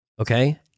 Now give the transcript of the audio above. Okay